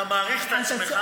אתה מעריך את עצמך,